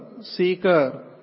seeker